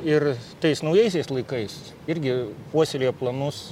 ir tais naujaisiais laikais irgi puoselėjo planus